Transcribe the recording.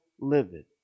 livid